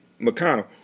mcconnell